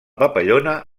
papallona